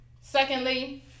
secondly